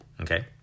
Okay